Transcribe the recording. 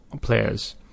players